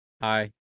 Hi